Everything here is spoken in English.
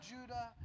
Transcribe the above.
Judah